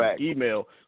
email